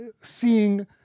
seeing